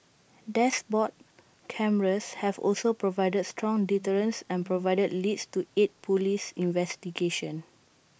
dashboard cameras have also provided strong deterrence and provided leads to aid Police investigations